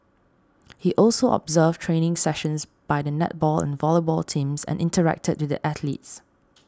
he also observed training sessions by the netball and volleyball teams and interacted with the athletes